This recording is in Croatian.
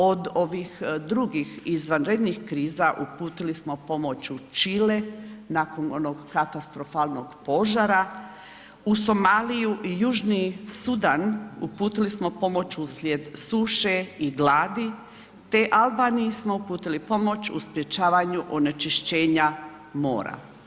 Od ovih drugih izvanrednih kriza uputili smo pomoć u Čile nakon onog katastrofalnog požara, u Somaliju i Južni Sudan uputili smo pomoć uslijed suše i gladi te Albaniji smo uputili pomoć u sprječavanju onečišćenja mora.